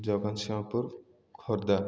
Jagatsinghpur Khordha